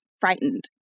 frightened